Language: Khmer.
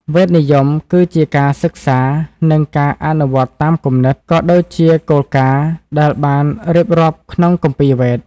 វេទនិយម គឺជាការសិក្សា និងការអនុវត្តតាមគំនិត ក៏ដូចជាគោលការណ៍ដែលបានរៀបរាប់ក្នុង គម្ពីរវេទ។